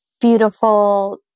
beautiful